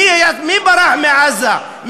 למי נותנים את ה-20 מיליון,